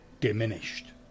diminished